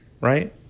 right